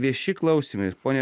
vieši klausymai ponia